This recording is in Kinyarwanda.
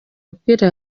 abwira